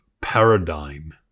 paradigm